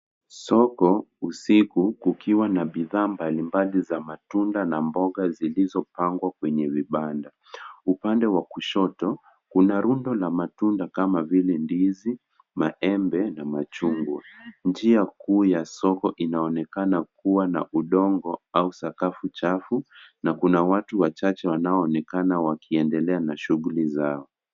Soko usiku kukiwa na bidhaa mbalimbali za matunda na mboga zilizopangwa kwenye vibanda. Upande wa kushoto kuna rundo la matunda kama vile ndizi, maembe na machungwa. Njia kuu ya soko inaonekana kuwa na udongo au sakafu chafu na kuna watu wachache wanaoonekana wakiendelea na shughuli zao.